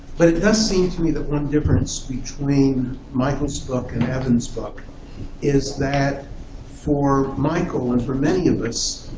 but it does seem to me that one difference between michael's book and evan's book is that for michael, and for many of us,